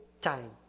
time